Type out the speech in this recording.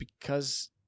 because-